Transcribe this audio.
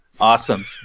Awesome